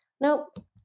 nope